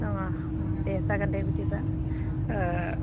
दङ अ दे जागोन दे बिदिबा